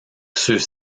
ceux